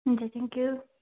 हुन्छ thank you